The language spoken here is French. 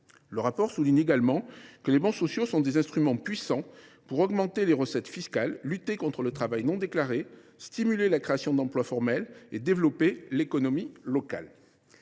Cette étude souligne également que les bons sociaux sont des instruments puissants pour augmenter les recettes fiscales, lutter contre le travail non déclaré, stimuler la création d’emplois formels et développer l’économie locale.